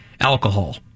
alcohol